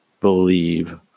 believe